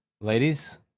Ladies